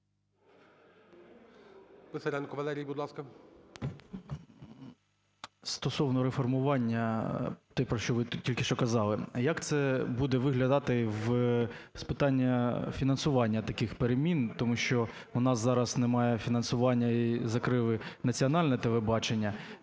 Стосовно реформування, те, про що ви тільки що казали. Як це буде виглядати с питань фінансування таких перемін, тому що у нас зараз немає фінансування і закрили Національне телебачення.